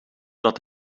dat